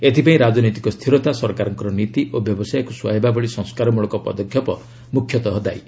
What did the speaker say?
ଏଥିପାଇଁ ରାଜନୈତିକ ସ୍ଥିରତା ସରକାରଙ୍କ ନୀତି ଓ ବ୍ୟବସାୟକୁ ସୁହାଇବା ଭଳି ସଂସ୍କାରମୂଳକ ପଦକ୍ଷେପ ମୁଖ୍ୟତଃ ଦାୟୀ